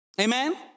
Amen